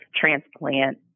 transplant